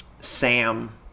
Sam